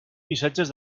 missatges